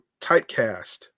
Typecast